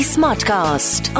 Smartcast